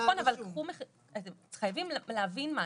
נכון, אבל אתם חייבים להבין משהו.